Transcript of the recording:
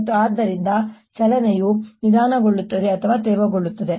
ಮತ್ತು ಆದ್ದರಿಂದ ಚಲನೆಯು ನಿಧಾನಗೊಳ್ಳುತ್ತದೆ ಅಥವಾ ತೇವಗೊಳ್ಳುತ್ತದೆ